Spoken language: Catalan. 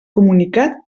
comunicat